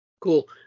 Cool